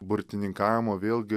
burtininkavimo vėlgi